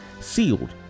sealed